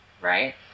right